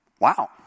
Wow